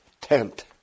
tent